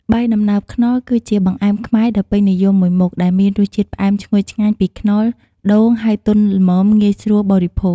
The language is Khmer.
បាយដំណើបខ្នុរ គឺជាបង្អែមខ្មែរដ៏ពេញនិយមមួយមុខ ដែលមានរសជាតិផ្អែមឈ្ងុយឆ្ងាញ់ពីខ្នុរ ដូង ហើយទន់ល្មមងាយស្រួលបរិភោគ។